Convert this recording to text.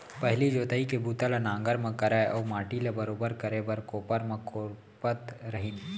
पहिली जोतई के बूता ल नांगर म करय अउ माटी ल बरोबर करे बर कोपर म कोपरत रहिन